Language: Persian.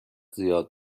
زیاد